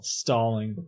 stalling